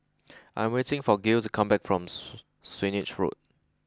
I am waiting for Gale to come back from Swanage Road